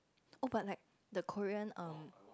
oh but like the Korean um